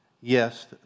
Yes